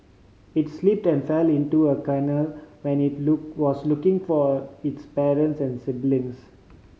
it slipped and fell into a canal when it look was looking for its parents and siblings